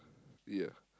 ya